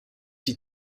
die